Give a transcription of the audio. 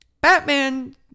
Batman